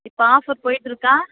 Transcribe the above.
இப்போ ஆஃபர் போயிட்டுருக்கா